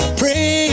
pray